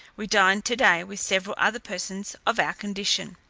we dined today with several other persons of our condition,